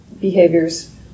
behaviors